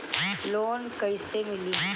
Loan कइसे मिली?